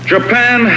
Japan